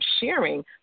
sharing